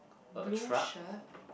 blue shirt